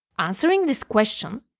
answering this question,